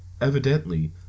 Evidently